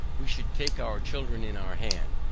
we should take our children in our hand,